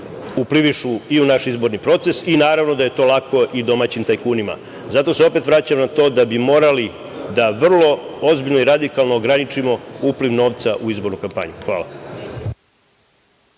uplivišu i u naš izborni proces, i naravno, da je to lako i domaćim tajkunima. Zato se opet vraćam na to da bi morali da vrlo ozbiljno i radikalno ograničimo upliv novca u izbornu kampanju. Hvala.